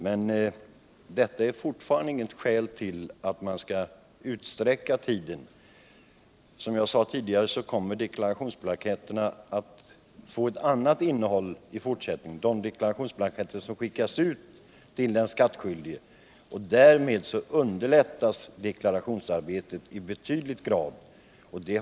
Men det är fortfarande inget skäl för att utsträcka tiden för deklarations avlämnande. Som jag sade kommer de deklarationsblanketter som skickas ut till de skattskyldiga i fortsättningen att få ett annat innehåll. Därmed underlättas deklarationsarbetet i betydande grad.